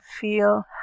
feel